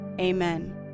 Amen